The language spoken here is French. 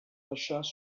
achats